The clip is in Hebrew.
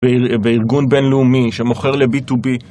בארגון בינלאומי שמוכר לבי-טו-בי